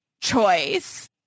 Choice